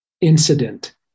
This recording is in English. incident